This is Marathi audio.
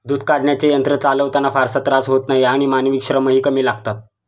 दूध काढण्याचे यंत्र चालवताना फारसा त्रास होत नाही आणि मानवी श्रमही कमी लागतात